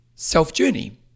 self-journey